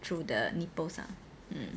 through the nipples ah